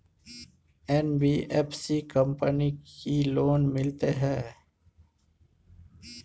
NBFC company की loan मिलते है?